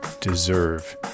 deserve